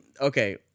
okay